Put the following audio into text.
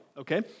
okay